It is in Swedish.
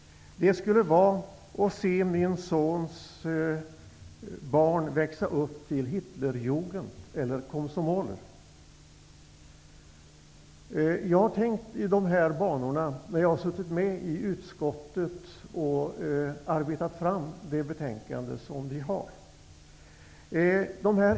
Det skulle vara att se min sons barn växa upp till När jag har suttit med i utskottet och arbetat fram detta betänkande har jag tänkt i dessa banor.